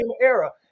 era